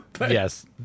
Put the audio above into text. Yes